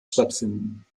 stattfinden